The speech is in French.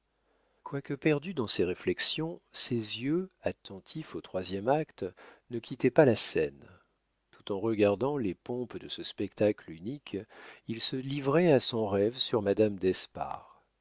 quoique perdu dans ses réflexions ses yeux attentifs au troisième acte ne quittaient pas la scène tout en regardant les pompes de ce spectacle unique il se livrait à son rêve sur madame d'espard